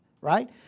right